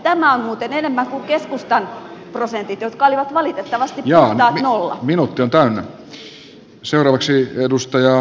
tämä on muuten enemmän kuin keskustan prosentit jotka olivat valitettavasti puhtaat nolla